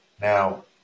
Now